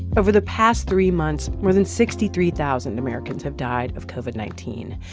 over the past three months, more than sixty three thousand americans have died of covid nineteen.